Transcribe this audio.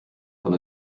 von